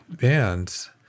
bands